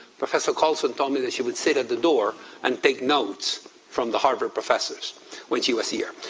professor colson told me that she would sit at the door and take notes from the harvard professors when she was here.